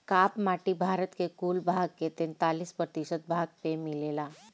काप माटी भारत के कुल भाग के तैंतालीस प्रतिशत भाग पे मिलेला